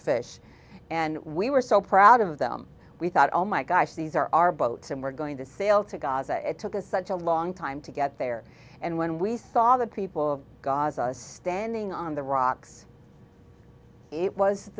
fish and we were so proud of them we thought oh my gosh these are our boats and we're going to sail to gaza it took us such a long time to get there and when we saw the people of gaza standing on the rocks it was